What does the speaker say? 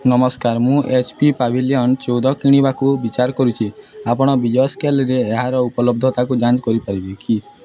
ନମସ୍କାର ମୁଁ H P Pavilion ଚଉଦ କିଣିବାକୁ ବିଚାର କରୁଛି ଆପଣ ବିଜୟ ସେଲ୍ସରେ ଏହାର ଉପଲବ୍ଧତାକୁ ଯାଞ୍ଚ କରିପାରିବେ କି